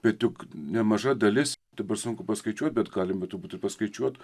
bet juk nemaža dalis dabar sunku paskaičiuot bet galima turbūt ir paskaičiuot